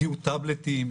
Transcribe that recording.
הגיעו טאבלטים,